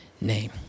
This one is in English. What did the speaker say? name